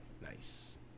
nice